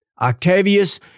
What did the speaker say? Octavius